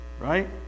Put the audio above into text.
right